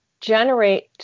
generate